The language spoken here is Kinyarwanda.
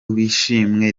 w’ishimwe